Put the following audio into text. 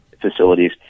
facilities